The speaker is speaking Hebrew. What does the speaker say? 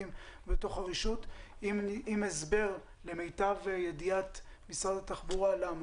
תחבורתיים בתוך הרשות עם הסבר למיטב ידיעת משרד התחבורה למה.